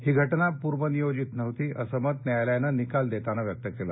ही घटना पूर्वनियोजित नव्हती असं मत न्यायालयानं निकाल देताना व्यक्त केलं